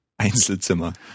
Einzelzimmer